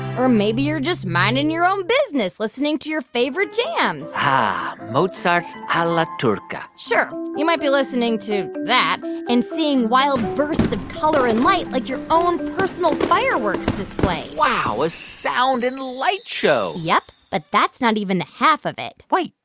or maybe you're just minding your own business, listening to your favorite jams um ah, mozart's alla turca. sure. you might be listening to that and seeing wild bursts of color and light like your own personal fireworks display wow, a sound and light show yep. but that's not even the half of it wait.